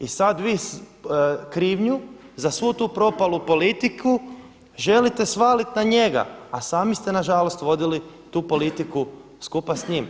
I sada vi krivnju za svu tu propalu politiku želite svaliti na njega, a sami ste nažalost vodili tu politiku skupa s njim.